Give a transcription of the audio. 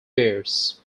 bears